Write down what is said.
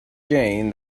jayne